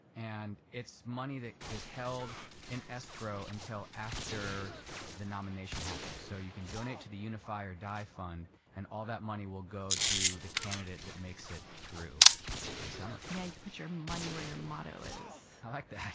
and it's money that is held in escrow until after the nomination happens. so you can donate to the unify or die fund and all that money will go to the candidate that makes it through the summer. yeah, you can put your money where your motto is. i like that.